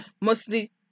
Mostly